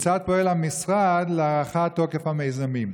כיצד פועל המשרד להארכת תוקף המיזמים?